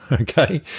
Okay